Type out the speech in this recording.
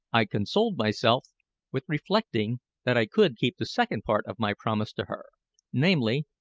i consoled myself with reflecting that i could keep the second part of my promise to her namely,